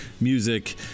music